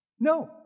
No